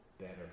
better